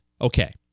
okay